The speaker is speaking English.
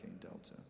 Delta